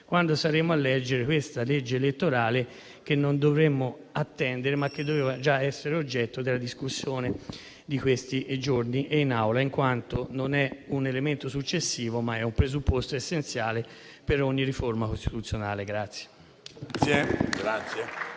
quando saremo a leggere questa legge elettorale che non dovremmo attendere, ma che doveva già essere oggetto della discussione di questi giorni in Aula, in quanto non è un elemento successivo, ma è un presupposto essenziale per ogni riforma costituzionale.